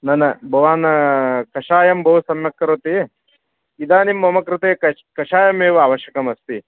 न न भवान् कषायं बहु सम्यक् करोति इदानीं मम कृते कश् कषायामेव आवश्यकमस्ति